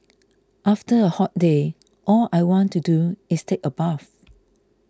after a hot day all I want to do is take a bath